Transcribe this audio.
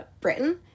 Britain